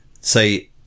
say